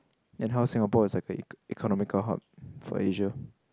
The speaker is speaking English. then how Singapore is like a ec~ economical hub for Asia